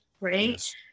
right